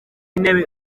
intebe